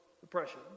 depression